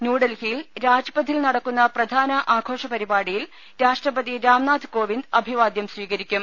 ന്യൂഡൽഹി രാജ്പഥിൽ നടക്കുന്ന പ്രധാന ആഘോഷ പരിപാടിയിൽ രാഷ്ട്രപതി രാംനാഥ് കോവിന്ദ് അഭിവാദൃം സ്വീകരിക്കും